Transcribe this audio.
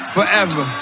Forever